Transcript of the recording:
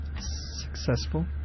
Successful